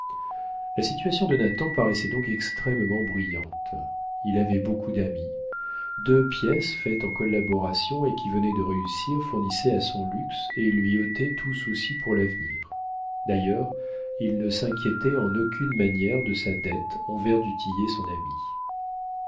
la situation de nathan paraissait donc extrêmement brillante il avait beaucoup d'amis deux pièces faites en collaboration et qui venaient de réussir fournissaient à son luxe et lui ôtaient tout souci pour l'avenir d'ailleurs il ne s'inquiétait en aucune manière de sa dette envers du tillet son ami